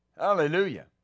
Hallelujah